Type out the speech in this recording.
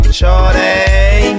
shorty